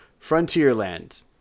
Frontierland